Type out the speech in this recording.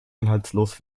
inhaltslos